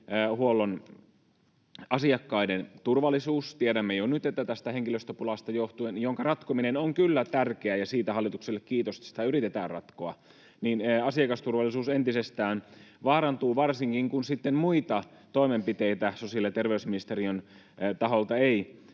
asiakkaiden turvallisuus. Tiedämme jo nyt, että tästä henkilöstöpulasta johtuen — jonka ratkominen on kyllä tärkeää, ja siitä hallitukselle kiitosta, että sitä yritetään ratkoa — asiakasturvallisuus entisestään vaarantuu, varsinkin kun sitten muita toimenpiteitä sosiaali- ja terveysministeriön taholta ei